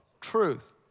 truth